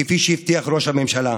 כפי שהבטיח ראש הממשלה.